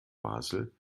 basel